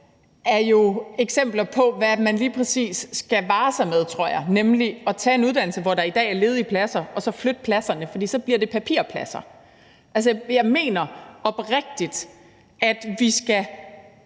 er eksempler på, hvad man lige præcis skal vare sig med, tror jeg, nemlig at tage en uddannelse, hvor der i dag er ledige pladser, og så flytte pladserne, for så bliver det papirpladser. Jeg mener oprigtigt, at vi skal